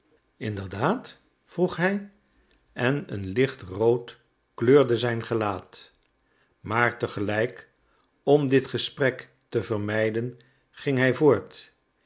inderdaad vroeg hij en een licht rood kleurde zijn gelaat maar tegelijk om dit gesprek te vermijden ging hij voort